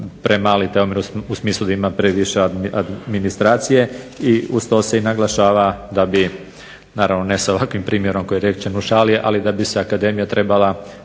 premali taj omjer u smislu da ima previše administracije. I uz to se i naglašava da bi naravno ne sa ovakvim primjerom koji je rečen u šali, ali da bi se Akademija trebala